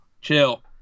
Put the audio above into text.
Chill